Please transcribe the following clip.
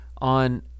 on